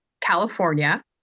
California